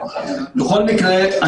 בכל מקרה,